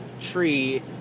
tree